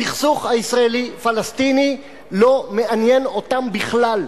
הסכסוך הישראלי פלסטיני לא מעניין אותם בכלל.